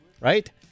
right